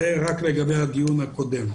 זה לגבי הדיון הקודם.